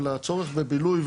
של הצורך לבילוי,